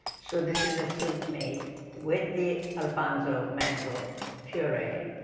so this is a soup made with the alphonso mango puree.